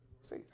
See